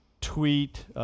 tweet